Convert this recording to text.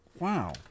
Wow